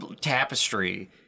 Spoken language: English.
tapestry